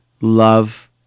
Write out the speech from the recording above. love